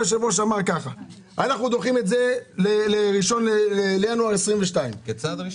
אמרת שאנחנו דוחים את זה ל-1 בינואר 2022. כצעד ראשון.